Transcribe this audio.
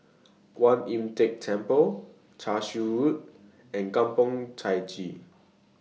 Kuan Im Tng Temple Cashew Road and Kampong Chai Chee